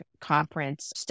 Conference